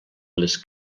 les